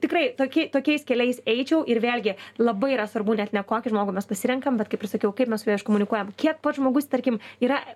tikrai toki tokiais keliais eičiau ir vėlgi labai yra svarbu net ne kokį žmogų mes pasirenkam bet kaip ir sakiau kaip mes su juo iškomunikuojam kiek pats žmogus tarkim yra